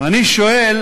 ואני שואל